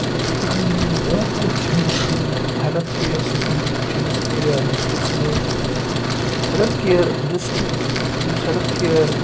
یوٚتام میون بیٛاکھ کوسچن چھُ ہٮ۪لٕتھ کِیَر سِسٹَم کیُتھ چٲنِس ایریا ڈِسٹِرکَس منٛز ہٮ۪لٕتھ کِیَر ڈِسٹِرک یُس ہٮ۪لٕتھ کِیَر